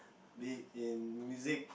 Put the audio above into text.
be it in music